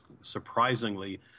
surprisingly